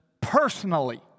personally